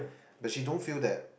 but she don't feel that